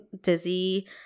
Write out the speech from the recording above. dizzy